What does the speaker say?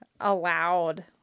allowed